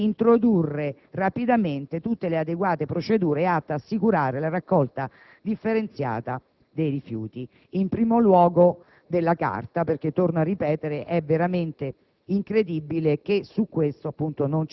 e quindi ovviamente al Consiglio di Presidenza, di introdurre rapidamente tutte le adeguate procedure atte ad assicurare la raccolta differenziata dei rifiuti, in primo luogo della carta, perché, torno a ripetere, è veramente incredibile